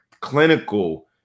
clinical